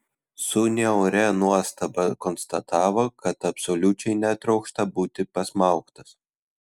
su niauria nuostaba konstatavo kad absoliučiai netrokšta būti pasmaugtas